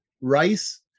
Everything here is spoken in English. rice